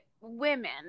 women